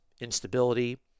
instability